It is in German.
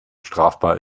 strafbar